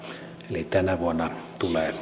eli tänä vuonna